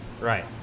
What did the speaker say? Right